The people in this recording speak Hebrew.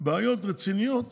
רציניות